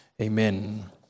Amen